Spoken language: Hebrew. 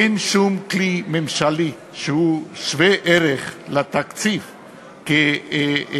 מה זה שייך לתקציב דו-שנתי או